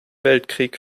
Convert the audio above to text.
weltkrieg